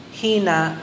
hina